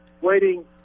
waiting